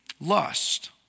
lust